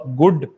good